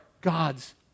God's